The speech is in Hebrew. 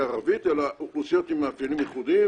ערבית אלא אוכלוסיות עם מאפיינים ייחודיים